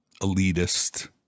elitist